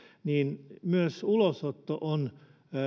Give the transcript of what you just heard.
myös ulosotto